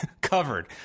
covered